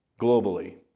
globally